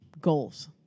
Goals